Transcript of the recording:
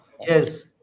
Yes